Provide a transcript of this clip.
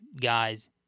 Guys